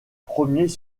premiers